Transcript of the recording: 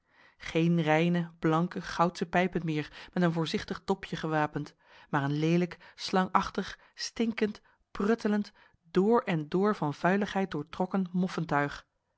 geen reine blanke goudsche pijpen meer met een voorzichtig dopje gewapend maar een leelijk slangachtig stinkend pruttelend door en door van vuiligheid doortrokken moffentuig